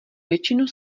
většinu